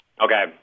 Okay